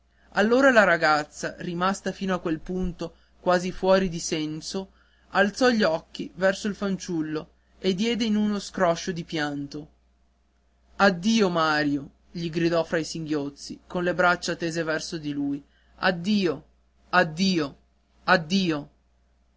allora la ragazza rimasta fino a quel momento quasi fuori di senso alzò gli occhi verso il fanciullo e diede in uno scroscio di pianto addio mario gli gridò fra i singhiozzi con le braccia tese verso di lui addio addio addio